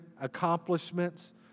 accomplishments